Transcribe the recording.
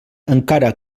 encara